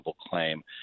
claim